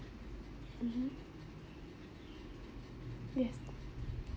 mmhmm yes